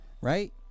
Right